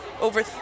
over